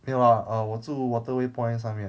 没有 lah err 我住 waterway point 上面